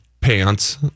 pants